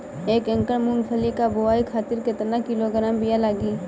एक एकड़ मूंगफली क बोआई खातिर केतना किलोग्राम बीया लागी?